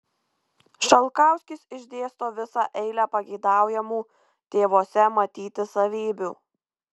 šalkauskis išdėsto visą eilę pageidaujamų tėvuose matyti savybių